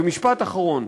ומשפט אחרון.